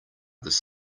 this